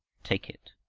take it.